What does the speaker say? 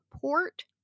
port